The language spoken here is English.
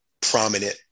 prominent